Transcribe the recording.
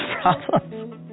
problems